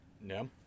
no